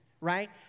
right